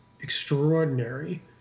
extraordinary